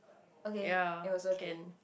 okay it was okay